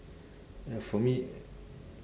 ya for me